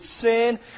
sin